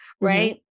right